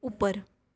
ઉપર